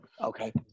Okay